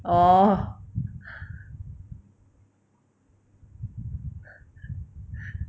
orh